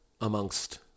amongst